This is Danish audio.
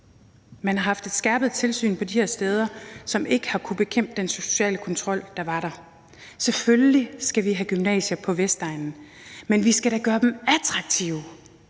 Man har haft et skærpet tilsyn de her steder, som ikke har kunnet bekæmpe den sociale kontrol, der var dér. Selvfølgelig skal vi have gymnasier på Vestegnen, men vi skal da gøre dem attraktive.